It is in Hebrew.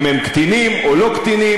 אם הם קטינים או לא קטינים,